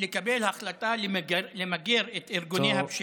הצעד המיידי שיש לקבל הוא החלטה ממשלתית לעמוד בפני ארגוני הפשע.)